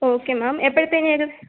okay ma'am എപ്പോഴത്തേനാണ്